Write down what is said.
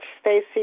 Stacey